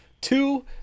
two